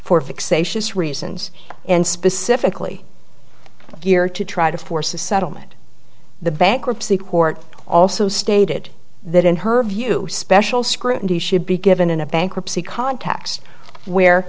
for fixations reasons and specifically gear to try to force a settlement the bankruptcy court also stated that in her view special scrutiny should be given in a bankruptcy context where